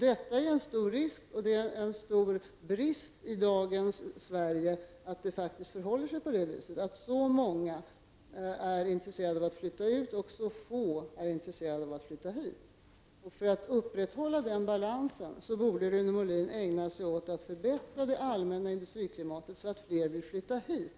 Det är en stor risk och en stor brist i dagens Sverige att det faktiskt förhåller sig så att många är intresserade av att flytta ut och få är intresserade av att flytta hit. För att upprätthålla den balansen borde Rune Molin ägna sig åt att förbättra det allmänna industriklimatet så att fler vill flytta hit.